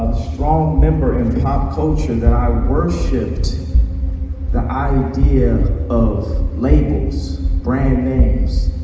strong member of pop culture that i worshiped the idea of ladies brand names